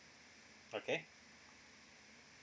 okay